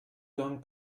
gong